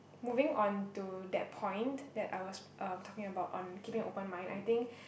moving on to that point that I was um talking about on keeping open mind I think